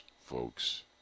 folks